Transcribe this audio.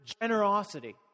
generosity